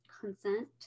consent